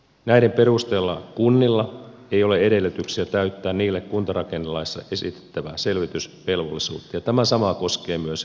näiden perusteella kunnilla ei ole edellytyksiä täyttää niille kuntarakennelaissa esitettävää selvitysvelvollisuutta ja tämä sama koskee myös eduskuntaa